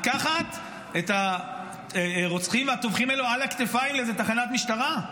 לקחת את הרוצחים והתומכים האלו על הכתפיים לאיזו תחנת משטרה?